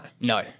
No